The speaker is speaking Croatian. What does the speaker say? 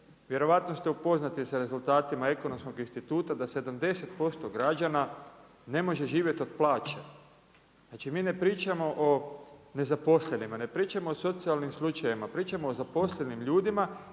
Vjerojatno ste upoznati sa rezultatima Ekonomskog instituta da 70% građana ne može živjeti od plaće. Znači mi ne pričamo o nezaposlenima, ne pričamo o socijalnim slučajevima, pričamo o zaposlenim ljudima